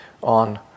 on